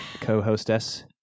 co-hostess